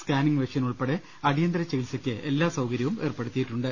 scanning machine ഉൾപ്പെടെ അടിയന്തര ചികിത്സയ്ക്ക് എല്ലാ സൌകര്യവും ഏർപ്പെടുത്തി യിട്ടുണ്ട്